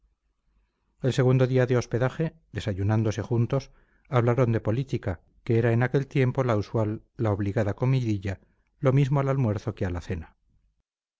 el segundo día de hospedaje desayunándose juntos hablaron de política que era en aquel tiempo la usual la obligada comidilla lo mismo al almuerzo que